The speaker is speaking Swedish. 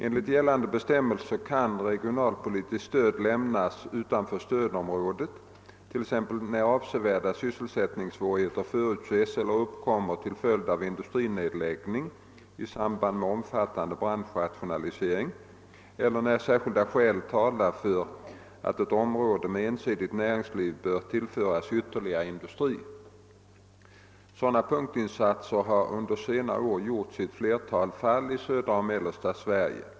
Enligt gällande bestämmelser kan regionalpolitiskt stöd lämnas utanför stödområdet, t.ex. när avsevärda sysselsättningssvårigheter förutses eller uppkommit till följd av industrinedläggning i samband med omfattande branschrationalisering eller när särskilda skäl talar för att område med ensidigt näringsliv bör tillföras ytterligare industri. Sådana punktinsatser har under senare år gjorts i ett flertal fall i södra och mellersta Sverige.